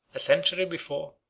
a century before,